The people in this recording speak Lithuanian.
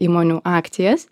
įmonių akcijas